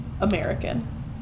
American